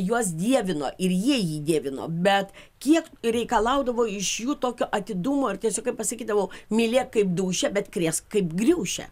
juos dievino ir jie jį dievino bet kiek reikalaudavo iš jų tokio atidumo ir tiesiog kaip aš sakydavau mylėk kaip dūšią bet krėsk kaip griūšę